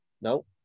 No